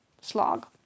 slog